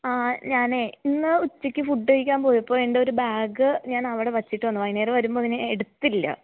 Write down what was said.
ആ ഞാനെ ഇന്ന് ഉച്ചയ്ക്ക് ഫുഡ് കഴിക്കാൻ പോയപ്പോൾ എൻ്റെയൊരു ബാഗ് ഞാനവിടെ വച്ചിട്ട് വന്നു വൈകുന്നേരം വരുമ്പോൾ പിന്നെ ഞാൻ എടുത്തില്ല